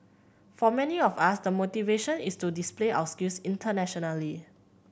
for many of us the motivation is to display our skills internationally